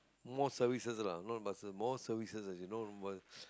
most services lah not buses most services as in no bus~